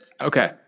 Okay